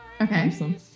Okay